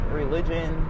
religion